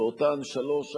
ואותן שלוש,